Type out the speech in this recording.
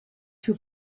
two